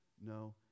no